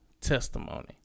testimony